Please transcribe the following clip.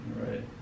Right